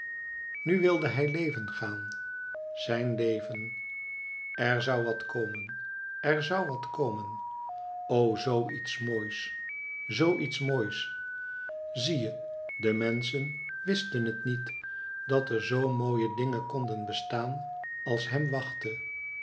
nu wilde hij leven gaan zijn leven er zou wat komen er zou wat komen o zoo iets moois zoo iets moois zie je de menschen wisten het niet dat er zoo mooie dingen konden bestaan als hem wachtte